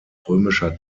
römischer